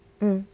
mm